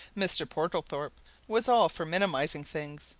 mr. portlethorpe was all for minimizing things,